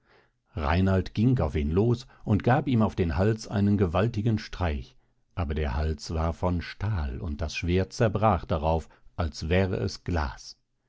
reinald ging auf ihn los und gab ihm auf den hals einen gewaltigen streich aber der hals war von stahl und das schwert zerbrach darauf als wäre es glas